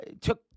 took